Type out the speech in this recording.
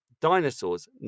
Dinosaurs